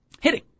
hitting